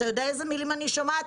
אתה יודע אילו מילים אני שומעת?